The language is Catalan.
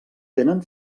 tenen